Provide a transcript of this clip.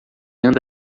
anda